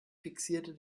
fixierte